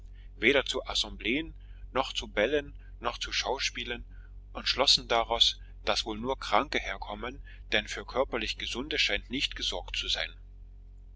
weder zu assembleen noch zu bällen noch zu schauspielen und schlossen daraus daß wohl nur kranke herkommen denn für körperlich gesunde scheint nicht gesorgt zu sein